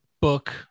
book